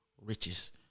riches